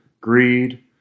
greed